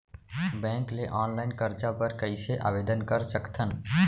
Bank ले online करजा बर कइसे आवेदन कर सकथन?